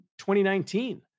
2019